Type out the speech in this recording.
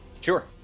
Sure